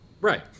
right